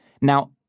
Now